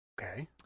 Okay